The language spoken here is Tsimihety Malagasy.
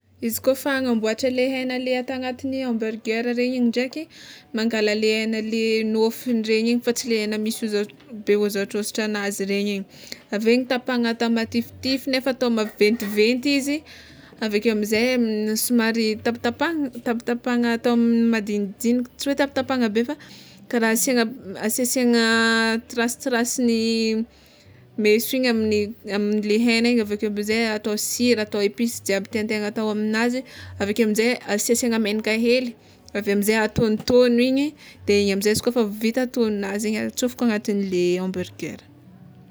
Izy kôfa hagnamboatra le hegna le atao agnatin'ny hamburger regny igny ndraiky, mangala le hegna le nôfony regny igny fa tsy le hena misy hoza- be hozatrozatra anazy regny igny aveo igny tapahana atao matifitify nefa atao maventiventy izy aveke amizay somary tapitapahana tapitapahana atao madinidinika tsy hoe tapitapahana be fa kara asiagna asiasiagna trasitrasin'ny meso igny amle hegna igny aveke amizay atao sira atao episy jiaby tiantegna atao aminazy aveke amizay asiasiagna menaka hely aveo amizay atôgnotôgno igny de igny amizay izy kôfa vita tôgnonazy igny de atsofoko agnatinle hamburger.